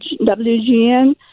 WGN